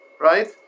right